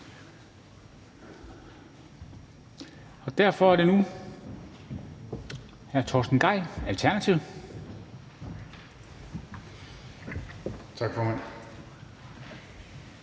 Og derfor er det nu hr. Torsten Gejl, Alternativet. Kl.